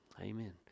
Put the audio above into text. Amen